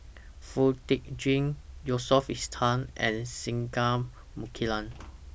Foo Tee Jun Yusof Ishak and Singai Mukilan